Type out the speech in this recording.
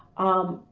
um,